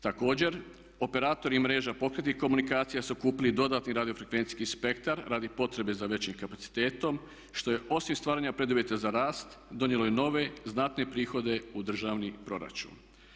Također, operatori mreža pokretnih komunikacija su kupili i dodatni radiofrenvecijski spektar radi potrebe za većim kapacitetom što je osim stvaranja preduvjeta za rast donijelo i nove znatne prihode u državni proračun.